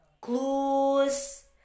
clues